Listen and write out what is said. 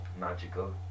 Magical